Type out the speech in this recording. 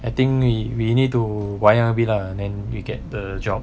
I think we we you need to wayang a bit lah then you get the job